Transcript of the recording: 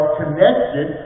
connected